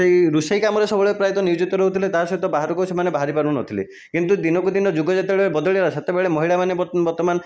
ରୋଷେଇ କାମରେ ସବୁବେଳେ ପ୍ରାୟତଃ ନିଯୁକ୍ତ ରହୁଥିଲେ ତା'ସହିତ ବାହାରକୁ ସେମାନେ ବାହାରି ପାରୁନଥିଲେ କିନ୍ତୁ ଦିନକୁ ଦିନ ଯୁଗ ଯେତେବେଳେ ବଦଳିଲା ସେତେବେଳେ ମହିଳାମାନେ ବର୍ତ୍ତମାନ